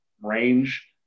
range